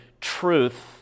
truth